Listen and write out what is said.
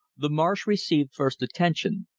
the marsh received first attention.